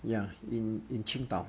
ya in in 青岛